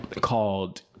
called